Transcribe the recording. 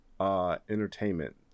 entertainment